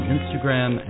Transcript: Instagram